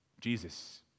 Jesus